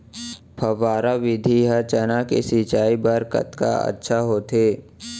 फव्वारा विधि ह चना के सिंचाई बर कतका अच्छा होथे?